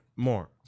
more